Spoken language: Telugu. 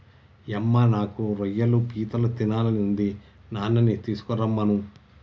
యమ్మ నాకు రొయ్యలు పీతలు తినాలని ఉంది నాన్ననీ తీసుకురమ్మను